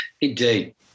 Indeed